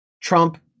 Trump